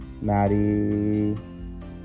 Maddie